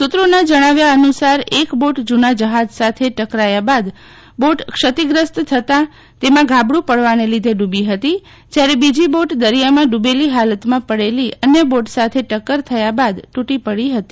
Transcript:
સુત્રોના જણાવ્યા અનુસાર એક બોટ જુના જહાજ સાથે ટકરાયા બાદ બોટ ક્ષતિગ્રસ્ત થતા તેમાં ગાબડું પડવાને લીધે ડૂબી હતી જ્યારે બીજીબોટ દરિયામાં ડૂબેલી હાલતમાં પડેલી અન્ય બોટ સાથે ટક્કર થયા બાદ તૂટી પડી હતી